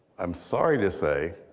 i'm sorry to say